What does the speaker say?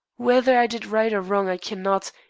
whether i did right or wrong i cannot,